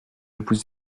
vous